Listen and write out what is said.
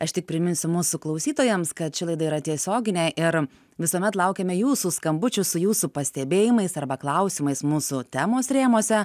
aš tik priminsiu mūsų klausytojams kad ši laida yra tiesioginė ir visuomet laukiame jūsų skambučių su jūsų pastebėjimais arba klausimais mūsų temos rėmuose